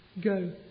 Go